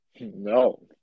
No